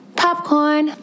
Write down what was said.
popcorn